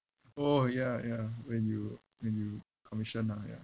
orh ya ya when you when you commission ah ya